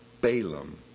Balaam